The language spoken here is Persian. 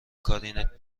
کار